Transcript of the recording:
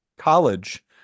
college